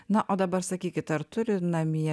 na o dabar sakykit ar turi namie